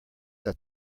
that